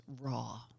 raw